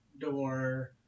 door